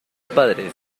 padres